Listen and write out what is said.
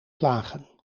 klagen